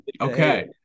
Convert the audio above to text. Okay